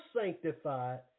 sanctified